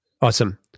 Awesome